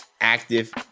active